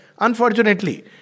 Unfortunately